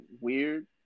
weird